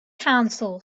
council